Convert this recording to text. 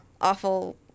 awful